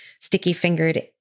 sticky-fingered